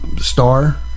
star